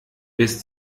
bis